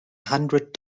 hundred